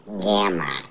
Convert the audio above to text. Gamma